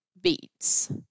beats